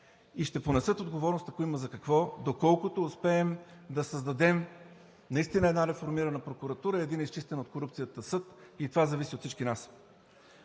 и ще понесат отговорност, ако има за какво, доколкото успеем да създадем наистина една реформирана прокуратура, един изчистен от корупцията съд и това зависи от всички нас.